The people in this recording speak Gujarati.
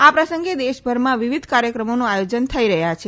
આ પ્રસંગે દેશભરમાં વિવિધ કાર્યક્રમોનું આયોજન થઈ રહ્યું છે